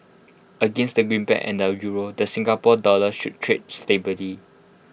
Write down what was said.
against the greenback and the euro the Singapore dollar should trade stably